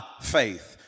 faith